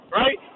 right